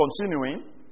continuing